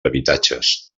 habitatges